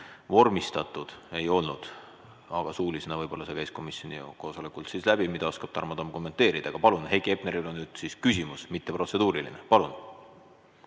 vormistatud ei olnud. Aga suulisena võib-olla see käis komisjoni koosolekult läbi, seda oskab Tarmo Tamm kommenteerida. Aga Heiki Hepneril on nüüd siis küsimus, mitte protseduuriline. Palun!